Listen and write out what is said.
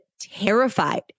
terrified